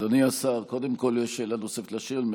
אדוני השר, קודם כול, יש שאלה נוספת לשואל.